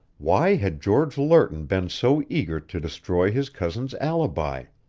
why had george lerton been so eager to destroy his cousin's alibi?